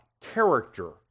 character